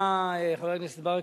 חבר הכנסת ברכה,